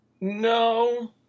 No